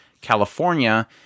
California